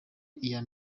iya